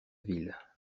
ville